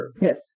Yes